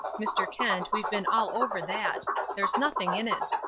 mr. kent, we've been all over that. there's nothing in it.